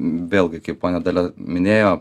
vėlgi kaip ponia dalia minėjo